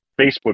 Facebook